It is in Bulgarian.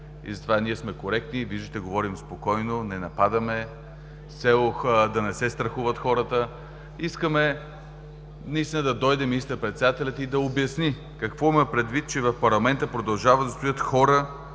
и затова ние сме коректни и, виждате, говорим спокойно, не нападаме, с цел да не се страхуват хората. Искаме наистина да дойде министър-председателят и да обясни какво е имал предвид, че в парламента продължават да стоят хора,